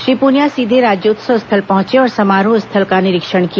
श्री पुनिया सीधे राज्योत्सव स्थल पहंचे और समारोह स्थल का निरीक्षण किया